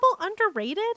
underrated